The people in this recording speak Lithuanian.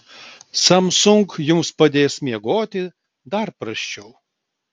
samsung jums padės miegoti dar prasčiau